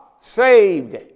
saved